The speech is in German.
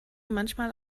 manchmal